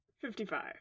Fifty-five